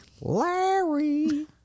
larry